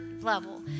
level